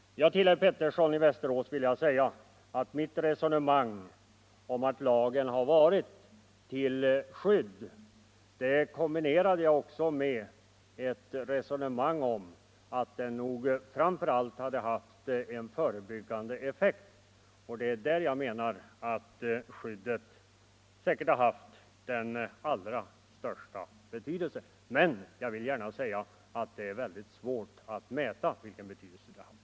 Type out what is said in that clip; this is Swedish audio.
Till herr Pettersson i Västerås vill jag säga att mitt resonemang om att lagen har varit till skydd kombinerade jag med ett resonemang om 29 att den nog framför allt hade haft en förebyggande effekt. Det är där jag menar att skyddet haft den största betydelsen. Men jag vill gärna säga att det är väldigt svårt att mäta vilken betydelse det haft.